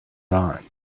dawn